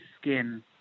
skin